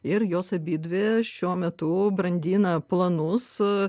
ir jos abidvi šiuo metu brandina planus